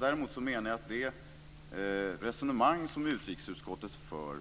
Däremot menar jag att i det resonemang som utrikesutskottet för